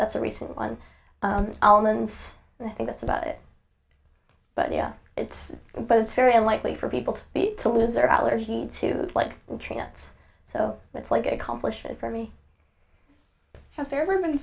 that's a recent one elements and i think that's about it but you know it's but it's very unlikely for people to lose their allergy to like trance so it's like accomplishment for me has there ever been